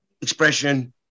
expression